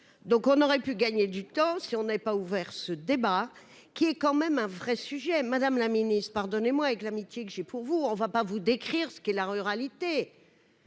donc on aurait pu gagner du temps, si on n'est pas ouvert ce débat qui est quand même un vrai sujet, Madame la Ministre pardonnez-moi avec l'amitié que j'ai pour vous on ne va pas vous décrire ce qu'est la ruralité,